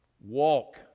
walk